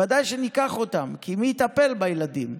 ודאי שניקח אותם, כי מי יטפל בילדים?